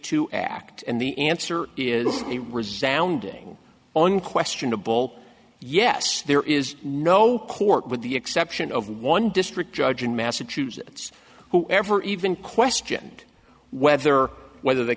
two act and the answer is a resoundingly unquestionable yes there is no court with the exception of one district judge in massachusetts who ever even questioned whether whether the